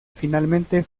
finalmente